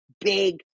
big